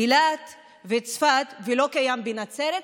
אילת וצפת ולא קיים בנצרת?